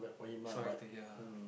sorry to hear